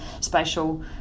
spatial